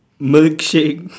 milkshake